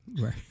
Right